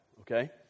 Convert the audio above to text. okay